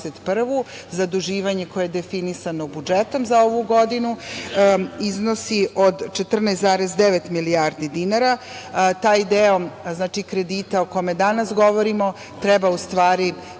zaduživanje koje je definisano budžetom za ovu godinu i iznosi od 14,9 milijardi dinara. Taj deo kredita o kome danas govorimo treba zaista